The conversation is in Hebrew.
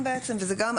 כולל רשימת שירותים.